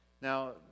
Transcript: Now